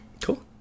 Cool